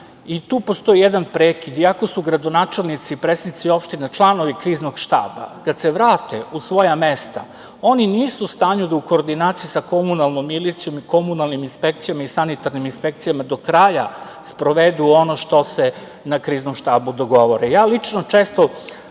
Tu postoji jedan prekid, iako su gradonačelnici i predsednici opština članovi Kriznog štaba, kad se vrate u svoja mesta, oni nisu u stanju da u koordinaciji sa komunalnom milicijom i komunalnim inspekcijama i sanitarnim inspekcijama do kraju sprovedu ono što se na Kriznom štabu dogovore. Ja lično često